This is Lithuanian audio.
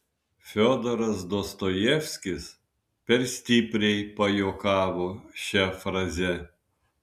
fiodoras dostojevskis per stipriai pajuokavo šia fraze